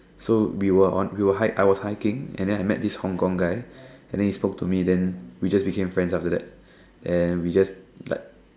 so we were on we were hike I was hiking and then I met this Hong-Kong guy and then he spoke to me and then we just became friends after that and we just like